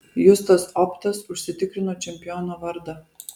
justas optas užsitikrino čempiono vardą